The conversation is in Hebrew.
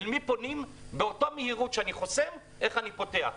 אל מי פונים כדי שבאותה מהירות שאני חוסם אני פותח?